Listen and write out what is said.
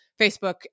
Facebook